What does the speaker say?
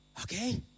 okay